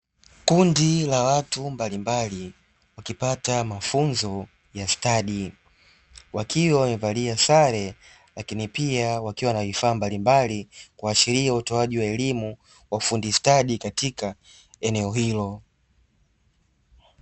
Kundi la watu mbalimbali wakipata mafunzo ya stadi, wakiwa wamevalia sare lakini pia wakiwa wana vifaa mbalimbali kuashiria utoaji wa elimu wa ufundi stadi katika eneo hilo.